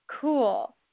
cool